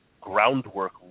groundwork